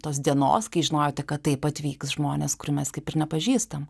tos dienos kai žinojote kad taip atvyks žmonės kurių mes kaip ir nepažįstam